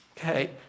Okay